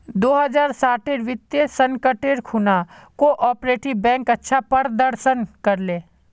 दो हज़ार साटेर वित्तीय संकटेर खुणा कोआपरेटिव बैंक अच्छा प्रदर्शन कर ले